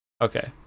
okay